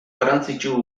garrantzitsu